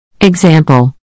Example